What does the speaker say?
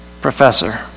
professor